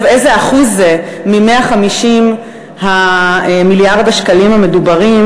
איזה אחוז זה מ-150 מיליון השקלים המדוברים,